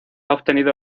obtenido